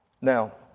Now